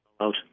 out